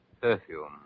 Perfume